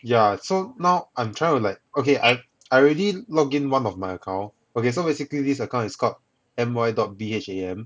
ya so now I'm trying to like okay I I already login one of my account okay so basically this account is called M_Y dot B_H_A_M